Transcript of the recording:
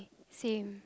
same